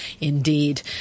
Indeed